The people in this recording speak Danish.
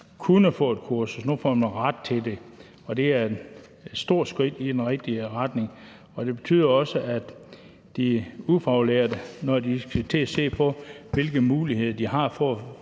kunne få et kursus, og nu får man ret til det, og det er et stort skridt i den rigtige retning, og det betyder også noget for de ufaglærte, når de skal til at se på, hvilke muligheder de har